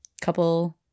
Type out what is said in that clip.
couple